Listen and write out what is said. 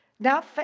Now